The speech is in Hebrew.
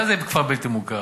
מה זה "כפר בלתי מוכר"?